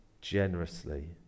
generously